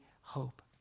hope